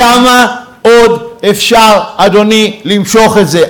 כמה עוד אפשר, אדוני, למשוך את זה?